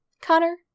Connor